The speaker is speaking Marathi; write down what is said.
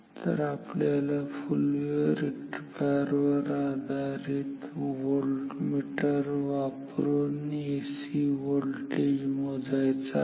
तर आपल्याला फुल वेव्ह रेक्टिफायर वर आधारित व्होल्टमीटर वापरुन एसी व्होल्टेज मोजायचा आहे